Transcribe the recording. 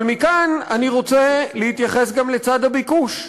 מכאן אני רוצה להתייחס גם לצד הביקוש,